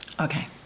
Okay